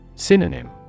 Synonym